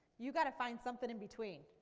you've got to find something in between,